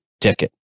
ticket